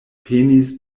penis